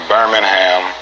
Birmingham